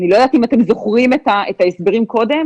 אני לא יודעת אם אתם זוכרים את ההסברים קודם.